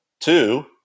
Two